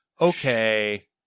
okay